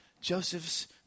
Joseph's